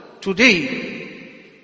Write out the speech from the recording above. today